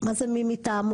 מה זה מי מטעמו?